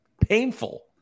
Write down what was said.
painful